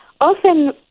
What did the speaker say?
often